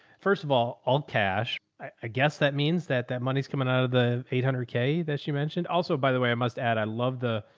first of all, all cash, i guess that means that that money's coming out of the eight hundred k that she mentioned also, by the way, i must add, i love the.